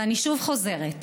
ואני שוב חוזרת,